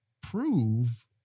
prove